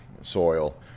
soil